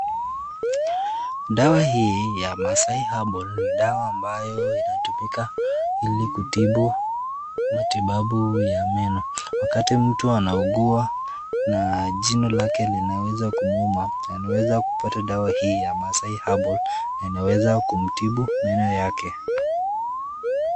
Dawa hii ya [maasai herbal], ni dawa ambayo inatumika ili kutibu matibabu ya meno, wakati mtu anaugua, na jino lake linaweza kumuuma, anaweza kupata dawa hii ya [maasai herbal], na inaweza kumtibu meno yake.